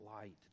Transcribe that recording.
light